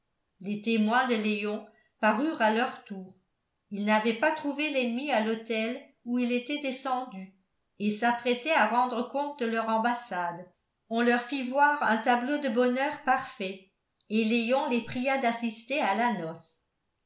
les témoins de léon parurent à leur tour ils n'avaient pas trouvé l'ennemi à l'hôtel où il était descendu et s'apprêtaient à rendre compte de leur ambassade on leur fit voir un tableau de bonheur parfait et léon les pria d'assister à la noce